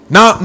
Now